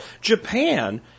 Japan